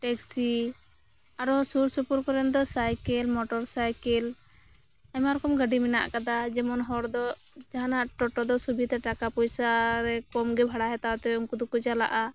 taxi ᱟᱨ ᱦᱚᱸ ᱥᱩᱨ ᱥᱩᱯᱩᱨ ᱠᱚᱨᱮᱱ ᱫᱚ ᱥᱟᱭᱠᱮᱞ ᱢᱚᱴᱚᱨ ᱥᱟᱭᱠᱮᱞ ᱟᱭᱢᱟ ᱨᱚᱠᱚᱢ ᱜᱟᱰᱤ ᱢᱮᱱᱟᱜ ᱠᱟᱫᱟ ᱡᱮᱢᱚᱱ ᱦᱚᱲ ᱫᱚ ᱡᱟᱦᱟᱸᱱᱟᱜ ᱴᱳᱴᱳ ᱫᱚ ᱥᱩᱵᱤᱛᱟ ᱴᱟᱠᱟ ᱯᱚᱭᱥᱟ ᱨᱮ ᱠᱚᱢ ᱜᱮ ᱵᱷᱟᱲᱟᱭ ᱦᱟᱛᱟᱣ ᱛᱮ ᱩᱝᱠᱩ ᱫᱚᱠᱚ ᱪᱟᱞᱟᱜᱼᱟ